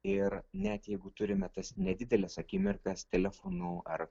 ir net jeigu turime tas nedideles akimirkas telefonu ar